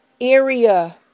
area